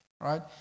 Right